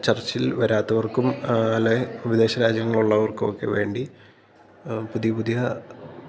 ചർച്ചിൽ വരാത്തവർക്കും അല്ലെങ്കിൽ വിദേശ രാജ്യങ്ങളിലുള്ളവർക്കും ഒക്കെ വേണ്ടി പുതിയ പുതിയ